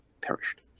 perished